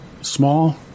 small